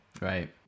Right